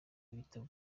ibitabo